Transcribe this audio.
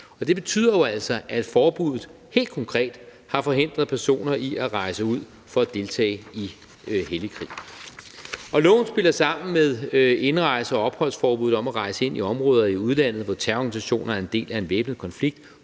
jo altså, at forbuddet helt konkret har forhindret personer i at rejse ud for at deltage i hellig krig. Loven spiller sammen med indrejse- og opholdsforbuddet om at rejse ind i områder i udlandet, hvor terrororganisationer er en del af en væbnet konflikt,